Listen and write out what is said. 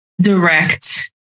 direct